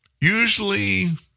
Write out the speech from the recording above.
Usually